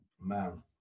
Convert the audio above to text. man